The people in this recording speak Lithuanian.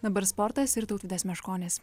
dabar sportas ir tautvydas meškonis